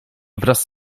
wraz